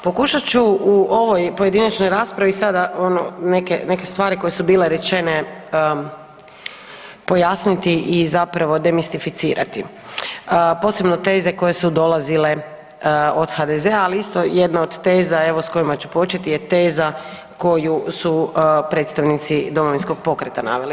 Pokušat ću u ovoj pojedinačno raspravi sada ono neke stvari koje su bile rečene pojasniti i zapravo demistificirati, posebno teze koje su dolazile od HDZ-a ali isto jedna od teza evo s kojima ću početi je teza koju su predstavnici Domovinskog pokreta naveli.